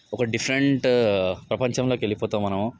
ఒక డిఫరెంట్ ప్రపంచంలో వెళ్ళిపోతాం మనము